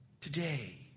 Today